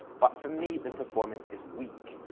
but for me, the performance is weak.